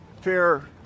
fair